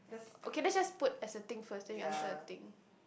okay let's just put as a thing first then you answer the thing